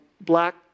black